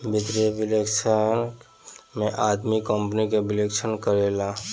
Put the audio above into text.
वित्तीय विश्लेषक में आदमी कंपनी के विश्लेषण करेले